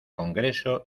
congreso